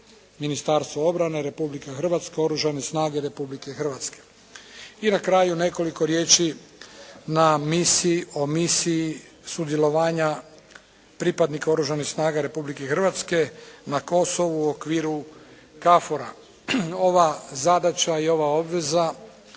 Ministarstvo obrane Republike Hrvatske, Oružane snage Republike Hrvatske. I na kraju nekoliko riječi na misiji, o misiji sudjelovanja pripadnika Oružanih snaga Republike Hrvatske na Kosovu u okviru KFOR-a. Ova zadaća i ova obveza